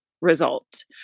result